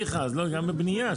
לא מכרז, גם בבנייה.